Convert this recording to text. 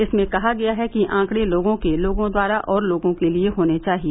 इसमें कहा गया है कि आंकड़े लोगों के लोगों द्वारा और लोगों के लिए होने चाहिए